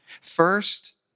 First